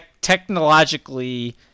technologically –